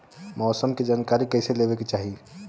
मौसम के जानकारी कईसे लेवे के चाही?